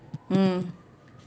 mm